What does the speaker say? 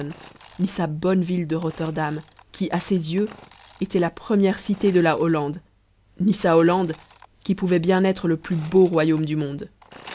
sa bonne ville de rotterdam qui à ses yeux était la première cité de la hollande ni sa hollande qui pouvait bien être le plus beau royaume du monde